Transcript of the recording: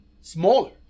Smaller